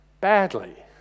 badly